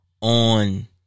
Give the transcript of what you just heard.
on